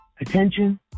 attention